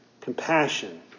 compassion